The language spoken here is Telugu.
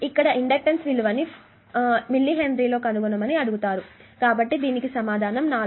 ఇక్కడ ఇండక్టెన్స్ విలువ ని మిల్లీ హెన్రీ లో కనుగొనమని అడిగారు కాబట్టి దీనికి సమాధానం నాలుగు